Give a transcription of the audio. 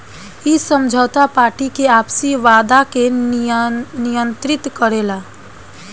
इ समझौता पार्टी के आपसी वादा के नियंत्रित करेला